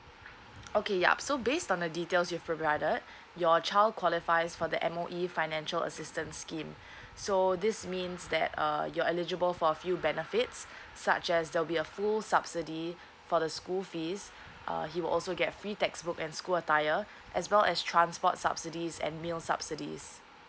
okay yup so based on the details you've provided your child qualifies for the M_O_E financial assistance scheme so this means that uh you're eligible for a few benefits such as there'll be a full subsidy for the school fees uh he will also get free textbook and school attire as well as transport subsidies and meal subsidies